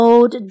Old